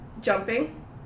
jumping